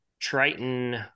triton